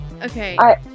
Okay